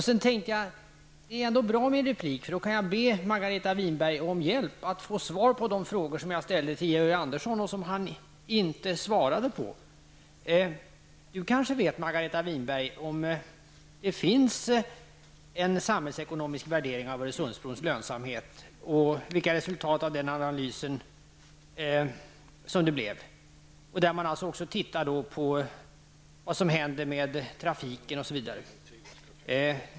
Sedan tänkte jag att det ändå var bra med en replik, för då kan jag be Margareta Winberg om hjälp att få svar på de frågor som jag ställde till Georg Winberg kanske vet om det finns en samhällsekonomisk värdering av Öresundsbrons lönsamhet och vilka resultat den analysen har gett. I den analysen skulle man också titta på vad som händer med trafiken osv.